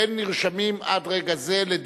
אין נרשמים לדיון